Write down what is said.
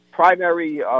Primary